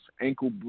ankle